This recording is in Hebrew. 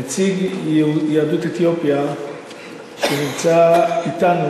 כנציג יהדות אתיופיה שנמצא אתנו,